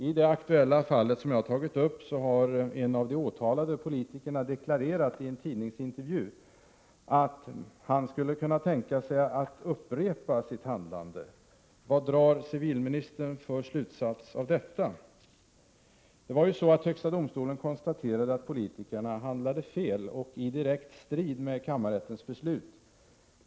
I det aktuella fallet har en av de åtalade politikerna i en tidningsintervju deklarerat att han skulle kunna tänka sig att upprepa sitt handlande. Vad 111 drar statsrådet för slutsats av detta? Högsta domstolen konstaterade att politikerna handlade fel och ”i direkt strid” med kammarrättens beslut.